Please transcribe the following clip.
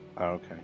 Okay